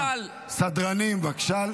-- לא בגלל --- סדרנים, בבקשה.